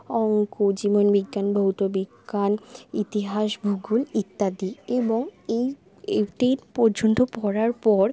অংক জীবন বিজ্ঞান ভৌত বিজ্ঞান ইতিহাস ভূগোল ইত্যাদি এবং এই টেন পর্যন্ত পড়ার পর